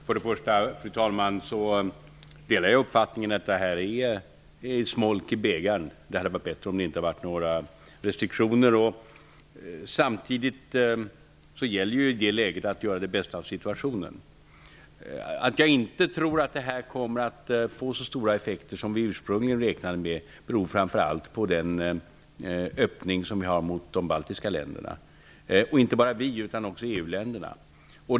Fru talman! Först och främst delar jag uppfattningen att detta är smolk i bägaren. Det hade varit bättre om det inte hade varit några restriktioner. Samtidigt gäller i det läget att göra det bästa av situationen. Att jag inte tror att det här kommer att få så stora effekter som vi ursprungligen räknade med beror framför allt på den öppning som vi har mot de baltiska länderna, och inte bara vi, utan också EU länderna.